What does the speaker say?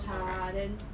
helps her right